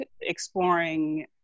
exploring